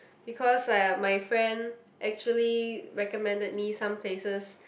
because uh my friend actually recommended me some places